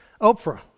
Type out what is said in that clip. Oprah